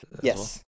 Yes